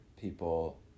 people